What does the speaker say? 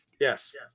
Yes